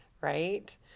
right